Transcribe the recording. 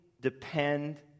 depend